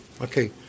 okay